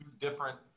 different